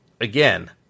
again